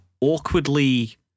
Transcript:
awkwardly